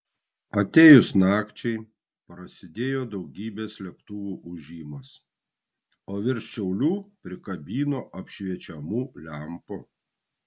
atėjus nakčiai prasidėjo daugybės lėktuvų ūžimas o virš šiaulių prikabino apšviečiamų lempų